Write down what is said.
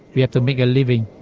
we have to make a living.